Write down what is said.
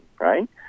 right